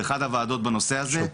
באחד הוועדות בנושא הזה,